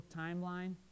timeline